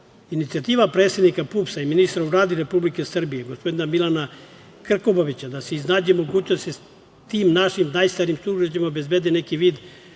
uradi. Inicijativa predsednika PUPS-a i ministra u Vladi Republike Srbije gospodina Milana Krkobabića da se iznađe mogućnost da se tim našim najstarijim sugrađanima obezbedi neki vid